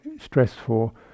stressful